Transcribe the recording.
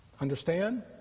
Understand